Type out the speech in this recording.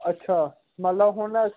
ਅੱਛਾ ਮਤਲਬ ਹੁਣ